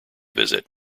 visit